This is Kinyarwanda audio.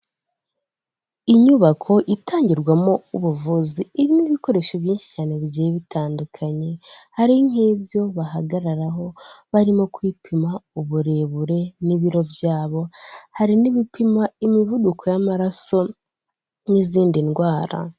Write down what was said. Inyubako itangirwamo ubuvuzi irimo ibikoresho byinshi cyane bigiye bitandukanye, hari nk'ibyo bahagararaho barimo kwipima uburebure n'ibiro byabo, hari n'ibipima imivuduko y'amaraso n'izindi ndwara.